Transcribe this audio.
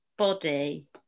body